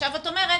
ועכשיו את אומרת